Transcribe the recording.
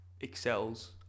excels